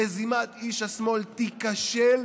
מזימת איש השמאל תיכשל,